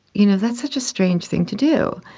you know that such a strange thing to do.